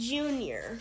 Junior